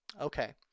Okay